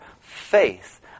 Faith